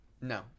No